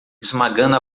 esmagando